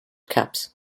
cups